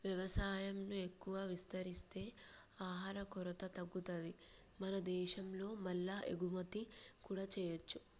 వ్యవసాయం ను ఎక్కువ విస్తరిస్తే ఆహార కొరత తగ్గుతది మన దేశం లో మల్ల ఎగుమతి కూడా చేయొచ్చు